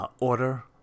order